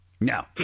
No